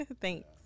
Thanks